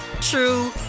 true